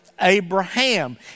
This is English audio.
Abraham